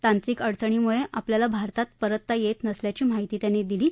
तांत्रिक अडचणीमुळं आपल्याला भारतात सध्या परतता येत नसल्याची माहिती त्यांनी दिली आहे